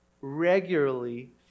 regularly